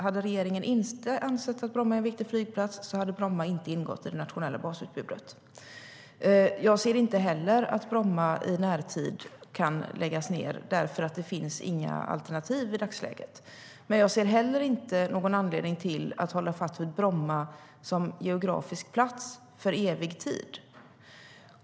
Hade regeringen inte ansett att Bromma är en viktig flygplats hade Bromma inte ingått i det nationella basutbudet. Jag ser inte att Bromma kan läggas ned i närtid eftersom det inte finns några alternativ i dagsläget. Men jag ser heller inte någon anledning till att hålla fast vid Bromma som geografisk plats i evig tid.